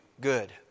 good